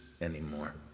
anymore